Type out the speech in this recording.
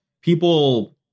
people